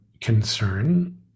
concern